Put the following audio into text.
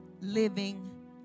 living